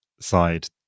side